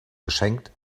geschenkt